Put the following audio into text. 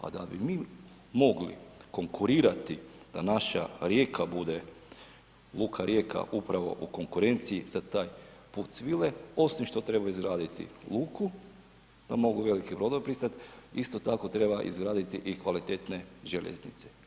A da bi mi mogli konkurirati da naša Rijeka bude Luka Rijeka upravo u konkurenciji za taj put svile osim što treba izgraditi luku da mogu veliki brodovi pristat, isto tako treba izgraditi i kvalitetne željeznice.